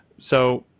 so,